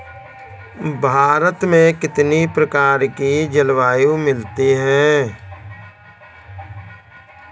भारत में कितनी प्रकार की जलवायु मिलती है?